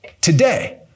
Today